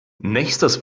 nächstes